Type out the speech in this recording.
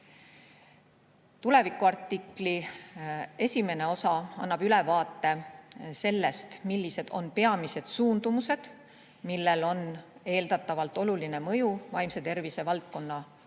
Tulevikuartikli esimene osa annab ülevaate sellest, millised on peamised suundumused, millel on eeldatavalt oluline mõju vaimse tervise valdkonna